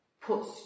Puts